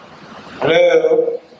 Hello